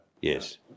Yes